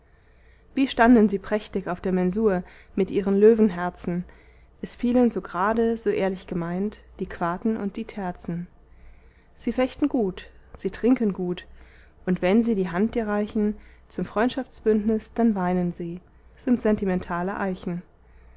wie standen sie prächtig auf der mensur mit ihren löwenherzen es fielen so grade so ehrlich gemeint die quarten und die terzen sie fechten gut sie trinken gut und wenn sie die hand dir reichen zum freundschaftsbündnis dann weinen sie sind sentimentale eichen